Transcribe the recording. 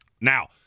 now